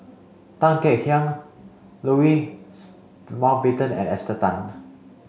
Tan Kek Hiang Louis Mountbatten and Esther Tan